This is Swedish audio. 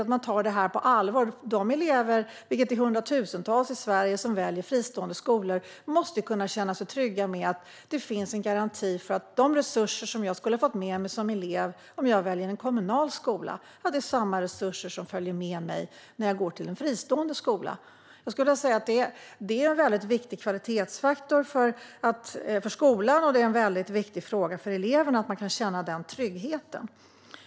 Det är viktigt att detta tas på allvar. De hundratusentals elever i Sverige som väljer fristående skolor måste kunna känna sig trygga med att det finns en garanti för att de resurser som de skulle fått med sig om de valt en kommunal skola är samma resurser som följer med dem när de går till en fristående skola. Det är en viktig kvalitetsfaktor för skolan och viktigt för eleverna att känna den tryggheten.